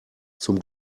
zum